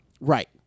Right